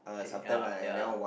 they uh ya